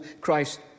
Christ